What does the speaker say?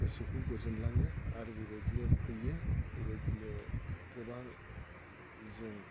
गोसोखौ गोजोनलाङो आरो बिबायदिनो फैयो बेबायदिनो गोबां जों